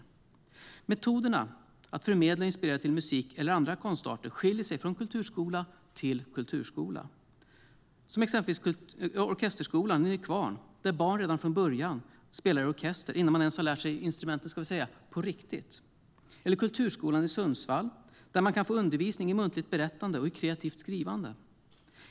Metoderna att förmedla och inspirera till musik eller andra konstarter skiljer sig från kulturskola till kulturskola - som orkesterskolan i Nykvarn, där barn redan från början spelar i orkester, innan man ens lärt sig instrumentet på riktigt, eller kulturskolan i Sundsvall, där man kan få undervisning i muntligt berättande och i kreativt skrivande.